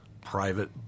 private